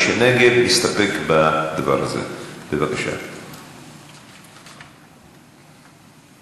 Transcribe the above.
תן בבקשה לסגנית שר החוץ לענות.